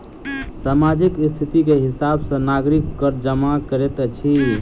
सामाजिक स्थिति के हिसाब सॅ नागरिक कर जमा करैत अछि